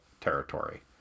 territory